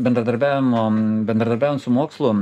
bendradarbiavimo bendradarbiaujant su mokslu